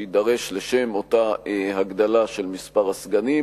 שיידרש לשם אותה הגדלה של מספר הסגנים.